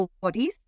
bodies